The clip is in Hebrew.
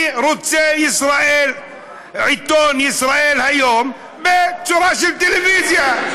אני רוצה עיתון ישראל היום בצורה של טלוויזיה.